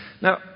now